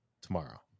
tomorrow